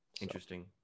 Interesting